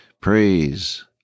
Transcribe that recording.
Praise